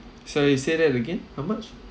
sorry say that again how much